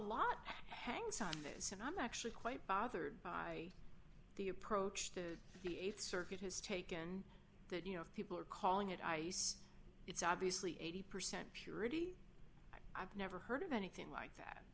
lot hangs on this and i'm actually quite bothered by the approach to the th circuit has taken that you know people are calling it ice it's obviously eighty percent purity i've never heard of anything like that